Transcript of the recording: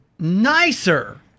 Nicer